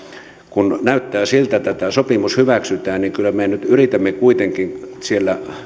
kun näyttää siltä että tämä sopimus hyväksytään niin kyllä me nyt yritämme kuitenkin siellä